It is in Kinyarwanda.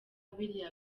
biriya